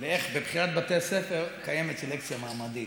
ואיך בבחירת בתי הספר קיימת סלקציה מעמדית.